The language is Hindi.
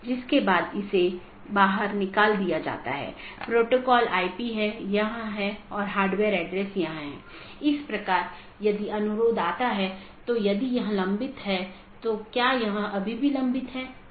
इसलिए यदि यह बिना मान्यता प्राप्त वैकल्पिक विशेषता सकर्मक विशेषता है इसका मतलब है यह बिना किसी विश्लेषण के सहकर्मी को प्रेषित किया जा रहा है